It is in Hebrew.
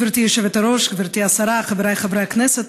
גברתי היושבת-ראש, גברתי השרה, חבריי חברי הכנסת,